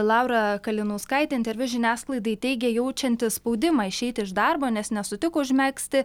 laura kalinauskaitė interviu žiniasklaidai teigė jaučianti spaudimą išeiti iš darbo nes nesutiko užmegzti